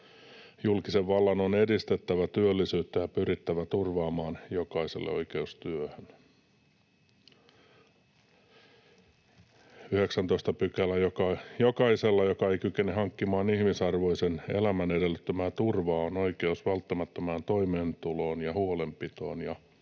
Julkisen vallan on edistettävä työllisyyttä ja pyrittävä turvaamaan jokaiselle oikeus työhön.” 19 §: ”Jokaisella, joka ei kykene hankkimaan ihmisarvoisen elämän edellyttämää turvaa, on oikeus välttämättömään toimeentuloon ja huolenpitoon.”